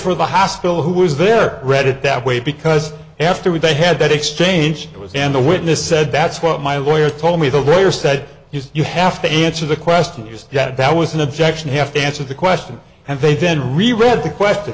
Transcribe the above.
for the hospital who was there read it that way because afterward they had that exchange it was and a witness said that's what my lawyer told me the lawyer said you have to answer the question just yet that was an objection have to answer the question and they didn't really read the question